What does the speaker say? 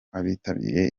abitabiriye